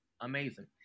Amazing